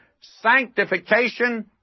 sanctification